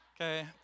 Okay